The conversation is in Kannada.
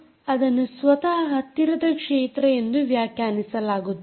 ಮತ್ತು ಅದನ್ನು ಸ್ವತಃ ಹತ್ತಿರ ಕ್ಷೇತ್ರದ ಸಂಪರ್ಕ ಎಂದು ವ್ಯಾಖ್ಯಾನಿಸಲಾಗುತ್ತದೆ